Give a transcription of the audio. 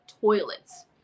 toilets